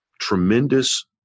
tremendous